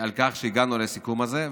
על כך שהגענו לסיכום הזה.